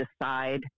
decide